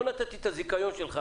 לא נתתי את הזיכיון שלך